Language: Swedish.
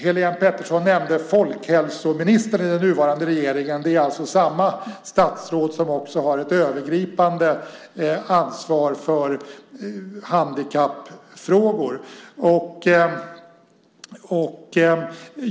Helene Petersson nämnde folkhälsoministern i den nuvarande regeringen, alltså samma statsråd som också har ett övergripande ansvar för handikappfrågor.